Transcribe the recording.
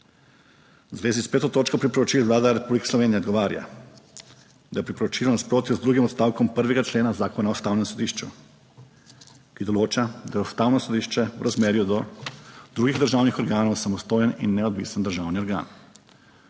zvezi s 5. točko priporočil Vlada Republike Slovenije odgovarja, da je priporočilo v nasprotju z drugim odstavkom 1. člena Zakona o Ustavnem sodišču, ki določa, da je Ustavno sodišče v razmerju do drugih državnih organov samostojen in neodvisen državni organ.